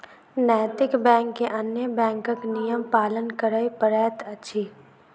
नैतिक बैंक के अन्य बैंकक नियम पालन करय पड़ैत अछि